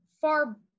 far